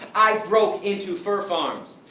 i broke into fur farms.